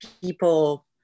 people